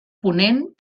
ponent